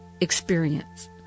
experience